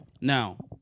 Now